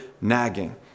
nagging